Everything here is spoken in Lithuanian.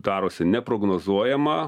darosi neprognozuojama